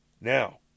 Now